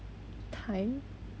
time